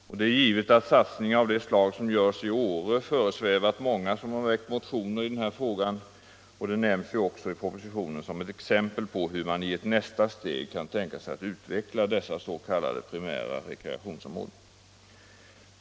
Det är också givet att en satsning av det slag som görs i Åre föresvävat många som har väckt motioner i denna fråga. Det nämns ju också i propositionen som exempel på hur man i ett nästa steg kan tänka sig att utveckla dessa s.k. primära rekreationsområden.